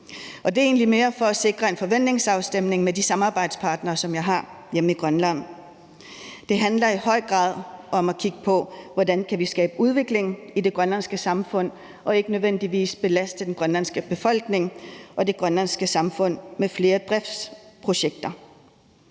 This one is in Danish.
egentlig mere for at sikre en forventningsafstemning med de samarbejdspartnere, som jeg har hjemme i Grønland. Det handler i høj grad om at kigge på, hvordan vi kan skabe en udvikling i det grønlandske samfund uden nødvendigvis at belaste den grønlandske befolkning og det grønlandske samfund med flere driftsprojekter.